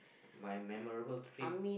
my memorable trip